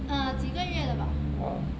啊几个月了吧有一个 brand